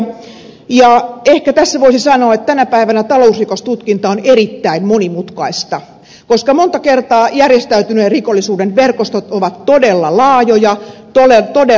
ehkä tässä voisi sanoa että tänä päivänä talousrikostutkinta on erittäin monimutkaista koska monta kertaa järjestäytyneen rikollisuuden verkostot ovat todella laajoja useaan valtioon ulottuvia